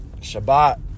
Shabbat